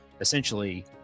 essentially